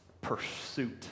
pursuit